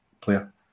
player